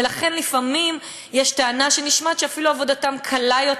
ולכן, לפעמים נשמעת טענה שעבודתם אפילו קלה יותר.